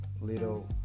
little